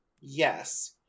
Yes